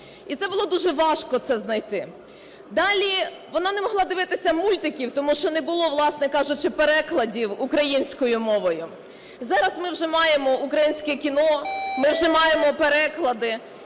І це було дуже важко це знайти. Далі, вона не могла дивитися мультиків, тому що не було, власне кажучи, перекладів українською мовою. Зараз ми вже маємо українське кіно, ми вже маємо переклади.